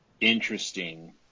interesting